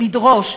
לדרוש,